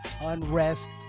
unrest